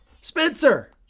Spencer